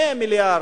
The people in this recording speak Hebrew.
100 מיליארד,